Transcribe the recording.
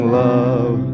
love